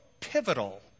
pivotal